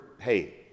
Hey